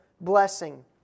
blessing